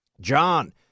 John